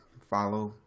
follow